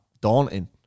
daunting